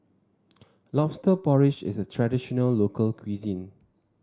lobster porridge is a traditional local cuisine